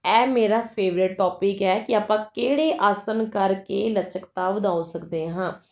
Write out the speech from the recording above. ਇਹ ਮੇਰਾ favourite topic ਹੈ ਕਿ ਆਪਾਂ ਕਿਹੜੇ ਆਸਨ ਕਰਕੇ ਲਚਕਤਾ ਵਧਾ ਸਕਦੇ ਹਾਂ